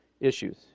issues